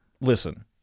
listen